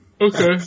Okay